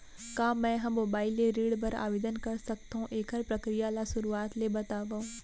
का मैं ह मोबाइल ले ऋण बर आवेदन कर सकथो, एखर प्रक्रिया ला शुरुआत ले बतावव?